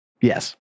Yes